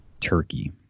turkey